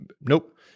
Nope